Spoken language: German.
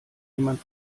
jemand